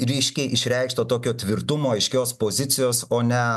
ryškiai išreikšto tokio tvirtumo aiškios pozicijos o ne